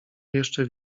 jeszcze